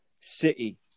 City